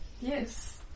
Yes